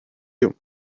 you